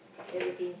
yes